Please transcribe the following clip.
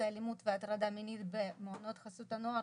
אלימות והטרדה מינית במסגרות חסות הנוער